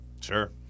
Sure